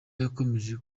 yakomeje